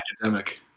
academic